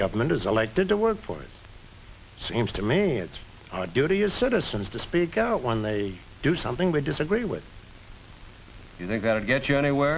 government is elected to work for it seems to me it's our duty as citizens to speak out when they do something they disagree with you think that to get you anywhere